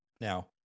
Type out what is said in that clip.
Now